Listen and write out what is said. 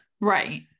right